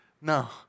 No